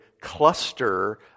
cluster